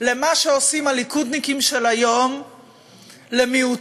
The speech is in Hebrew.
למה שעושים הליכודניקים של היום למיעוטים,